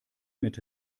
mit